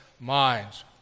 minds